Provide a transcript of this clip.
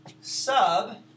sub